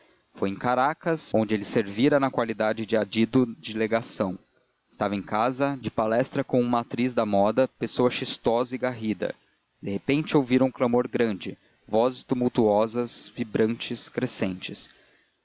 foi em caracas onde ele servira na qualidade de adido de legação estava em casa de palestra com uma atriz da moda pessoa chistosa e garrida de repente ouviram um clamor grande vozes tumultuosas vibrantes crescentes